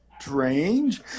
strange